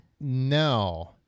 no